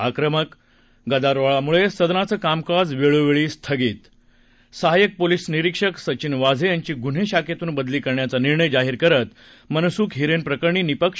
आक्रमक गदारोळामुळे सदनाचं कामकाज वेळोवेळी स्थगित सहाय्यक पोलिस निरिक्षक सचिन वाझे यांची गुन्हे शाखेतून बदली करण्याचा निर्णय जाहीर करत मनसुख हिरेन प्रकरणी निपक्ष